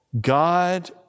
God